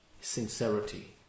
sincerity